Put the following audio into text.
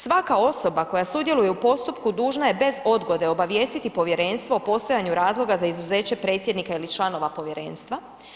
Svaka osoba koja sudjeluje u postupku dužna je bez odgode obavijestiti povjerenstvo o postojanju razloga za izuzeće predsjednika ili članova povjerenstva.